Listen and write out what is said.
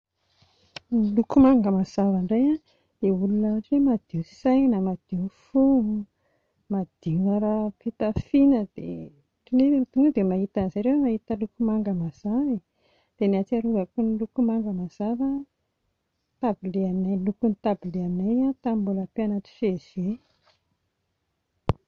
Ny loko manga mazava indray a, dia olona ohatran'ny hoe madio saina, madio fo, madio ara-pitafiana dia ohatran'ny hoe tonga dia mahita an'izay rehefa mahita loko manga mazava e, dia ny hatsiarovako ny loko manga mazava, ny tablie anay, ny lokon'ny tablie anay a tamin'ny mbola mpianatry ny CEG